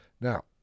Now